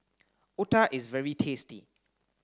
Otah is very tasty